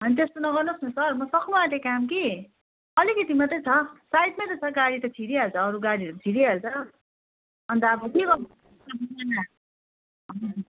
होइन त्यस्तो नगर्नुहोस् न सर म सक्नु आँटे काम कि अलिकति मात्रै छ साइडमै त छ गाडी त छिरिहाल्छ अरू गाडीहरू छिरिहाल्छ अन्त अब के गर्नु